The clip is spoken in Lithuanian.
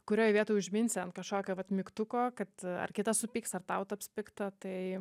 kurioj vietoj užminsi ant kažkokio vat mygtuko kad ar kitas supyks ar tau taps pikta tai